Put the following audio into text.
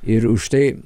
ir už tai